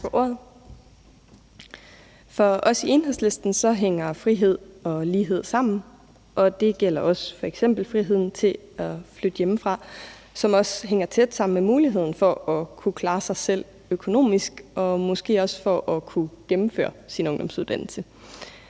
For os i Enhedslisten hænger frihed og lighed sammen, og det gælder også f.eks. friheden til at flytte hjemmefra, hvilket også hænger tæt sammen med muligheden for at kunne klare sig selv økonomisk og måske også for at kunne gennemføre sin ungdomsuddannelse.